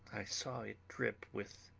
i saw it drip with